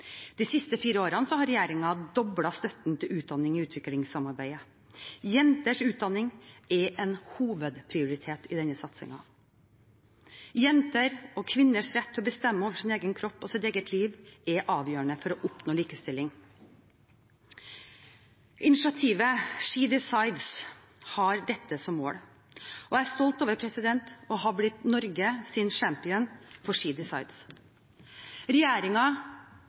De siste fire årene har regjeringen doblet støtten til utdanning i utviklingssamarbeidet. Jenters utdanning er en hovedprioritet i denne satsingen. Jenter og kvinners rett til å bestemme over sin egen kropp og sitt eget liv er avgjørende for å oppnå likestilling. Initiativet SheDecides har dette som mål. Jeg er stolt over å ha blitt Norges champion for